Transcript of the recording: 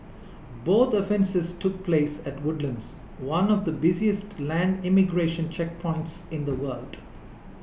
both offences took place at Woodlands one of the busiest land immigration checkpoints in the world